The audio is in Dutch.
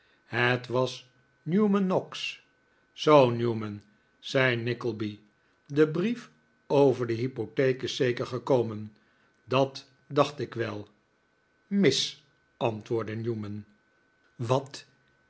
het was newman noggs zoo newman zei nickleby de brief over de hypqtheek is zeker gekomen he dat dacht ik wel mis antwoordde newman een doodsbericht wat